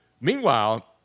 Meanwhile